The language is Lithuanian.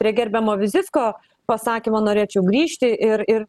prie gerbiamo vizicko pasakymo norėčiau grįžti ir ir